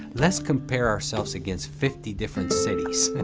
let's compare ourselves against fifty different cities.